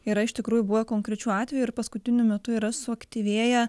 yra iš tikrųjų buvo konkrečių atvejų ir paskutiniu metu yra suaktyvėję